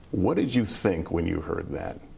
what did you think when you heard that?